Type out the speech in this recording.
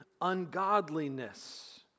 ungodliness